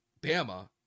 Bama